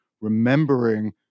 remembering